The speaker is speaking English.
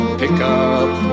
pickup